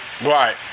Right